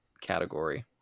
category